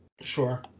Sure